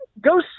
go